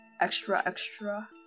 extra-extra